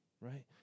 right